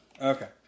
Okay